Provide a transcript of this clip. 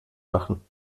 machen